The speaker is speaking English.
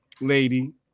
lady